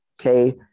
Okay